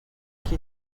qui